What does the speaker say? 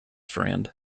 friend